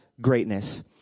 greatness